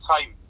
time